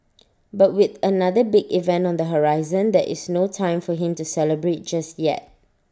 but with another big event on the horizon there is no time for him to celebrate just yet